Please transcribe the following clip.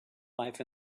life